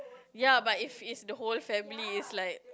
ya but if it's the whole family it's like